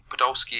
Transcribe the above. Podolski